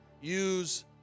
use